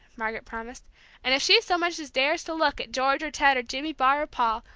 margaret promised and if she so much as dares to look at george or ted or jimmy barr or paul,